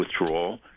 withdrawal